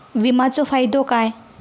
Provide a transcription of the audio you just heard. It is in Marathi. विमाचो फायदो काय?